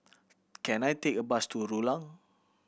can I take a bus to Rulang